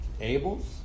Abel's